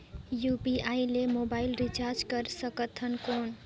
UPI ले mobile recharge करे सकथन कौन?